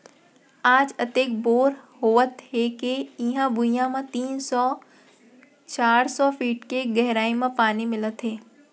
आज अतेक बोर होवत हे के इहीं भुइयां म तीन सौ चार सौ फीट के गहरई म पानी मिलत हे